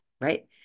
right